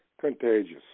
contagious